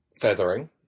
feathering